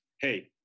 hey